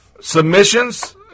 submissions